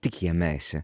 tik jame esi